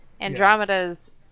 Andromeda's